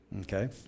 Okay